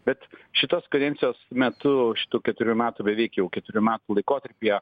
bet šitos kadencijos metu šitų keturių metų beveik jau keturių metų laikotarpyje